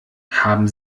haben